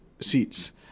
seats